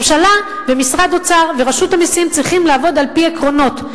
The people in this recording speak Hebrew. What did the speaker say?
ממשלה ומשרד האוצר ורשות המסים צריכים לעבוד על-פי עקרונות.